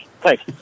Thanks